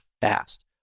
fast